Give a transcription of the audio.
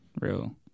real